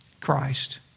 Christ